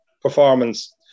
performance